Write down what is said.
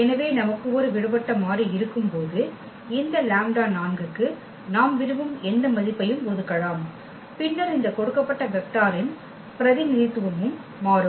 எனவே நமக்கு ஒரு விடுபட்ட மாறி இருக்கும் போது இந்த லாம்ப்டா 4 க்கு நாம் விரும்பும் எந்த மதிப்பையும் ஒதுக்கலாம் பின்னர் இந்த கொடுக்கப்பட்ட வெக்டாரின் பிரதிநிதித்துவமும் மாறும்